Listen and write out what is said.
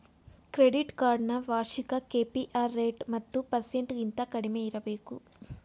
credit card ನ ವಾರ್ಷಿಕ KPR rate ಹತ್ತು ಪರ್ಸೆಂಟಗಿಂತ ಕಡಿಮೆ ಇರಬೇಕು